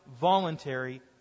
voluntary